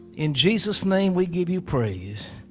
in jesus' name, we give you praise.